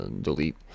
Delete